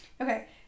okay